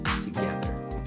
together